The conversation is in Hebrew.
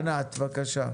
ענת, בבקשה.